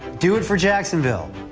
do it for jacksonville.